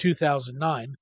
2009